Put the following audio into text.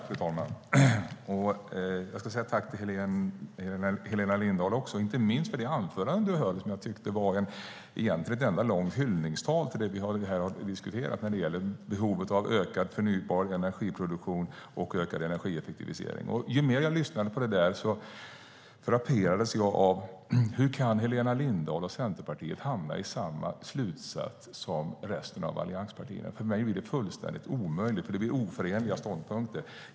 Fru talman! Jag ska säga tack till Helena Lindahl, inte minst för det anförande hon höll. Jag tyckte att det egentligen var ett enda långt hyllningstal till det vi har diskuterat när det gäller behovet av ökad förnybar energiproduktion och ökad energieffektivisering. Ju mer jag lyssnade på det, desto mer undrade jag: Hur kan Helena Lindahl och Centerpartiet hamna i samma slutsats som resten av allianspartierna? För mig blir det fullständigt omöjligt, för det blir oförenliga ståndpunkter.